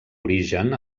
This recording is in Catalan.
origen